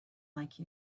like